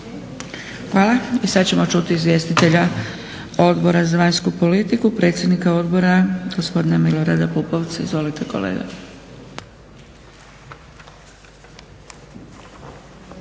Hvala. I sada ćemo čuti izvjestitelja Odbora za vanjsku politiku, predsjednika odbora, gospodina Milorada Pupovca. Izvolite kolega.